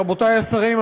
רבותי השרים,